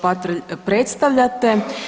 Patrlj predstavljate.